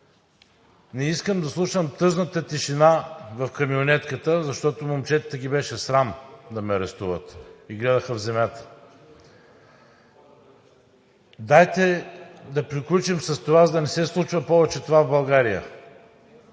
Не искам да слушам тъжната тишина в камионетката, защото момчетата ги беше срам да ме арестуват и гледаха в земята. Дайте да приключим с това, за да не се случва повече това в България.